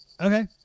Okay